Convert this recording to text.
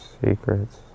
Secrets